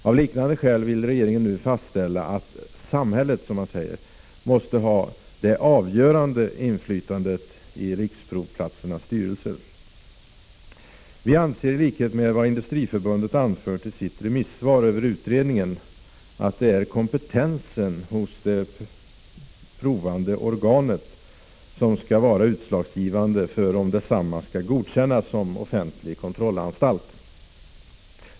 Av liknande skäl vill regeringen nu fastställa att ”samhället” måste ha det avgörande inflytandet i riksprovplatsernas styrelser. Vi anser, i likhet med vad Industriförbundet har anfört i sitt remissvar över utredningen, att det är kompetensen hos det provande organet som skall vara utslagsgivande för om detsamma skall godkännas som offentlig kontrollanstalt.